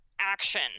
action